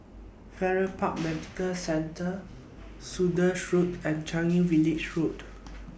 Farrer Park Medical Centre Saunders Road and Changi Village Road